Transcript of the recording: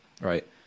right